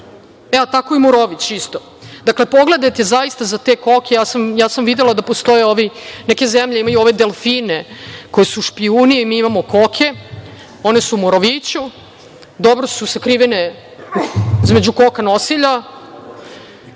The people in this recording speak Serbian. E tako i Morović isto. Dakle, pogledajte zaista za te koke, ja sam videla da postoje ovi, neke zemlje imaju delfine koji su špijuni, mi imamo koke, one su u Moroviću, dobro su sakrivene između koka nosilja.